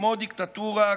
כמו דיקטטורה,